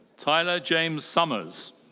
tyler james summers.